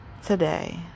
today